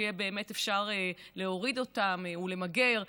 שיהיה באמת אפשר להוריד אותם ולמגר.